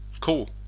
Cool